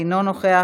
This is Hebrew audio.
אינו נוכח,